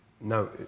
No